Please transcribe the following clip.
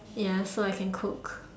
ya so I can cook